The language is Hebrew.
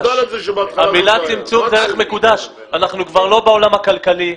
אנחנו כבר לא בעולם הכלכלי.